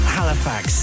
Halifax